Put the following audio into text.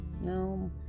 No